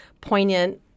poignant